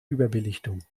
überbelichtung